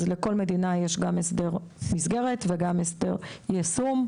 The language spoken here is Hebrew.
אז לכל מדינה יש גם הסכם מסגרת וגם הסדר יישום.